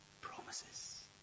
promises